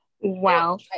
wow